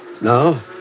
No